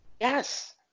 Yes